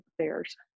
affairs